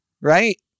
right